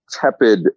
tepid